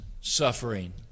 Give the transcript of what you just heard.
suffering